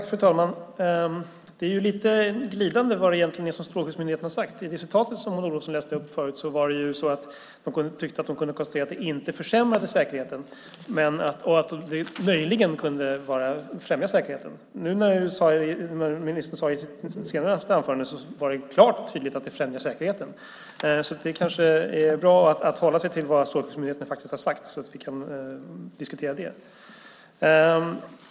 Fru talman! Det är lite glidande vad strålskyddsmyndigheten egentligen har sagt. I det som Maud Olofsson läste upp förut kunde strålskyddsmyndigheten konstatera att bonussystem inte försämrade säkerheten och att det möjligen kunde främja säkerheten. I sitt senaste anförande sade ministern dock att det är klart och tydligt att bonussystem främjar säkerheten. Det kanske är bra att hålla sig till vad strålskyddsmyndigheten faktiskt har sagt så att vi kan diskutera det.